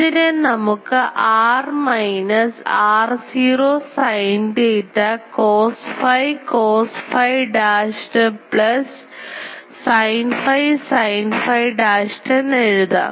ഇതിനെ നമുക്ക് r minus r0 sin theta cos phi cos phi dashed plus sin phi sin phi dashed എന്ന് എഴുതാം